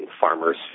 farmer's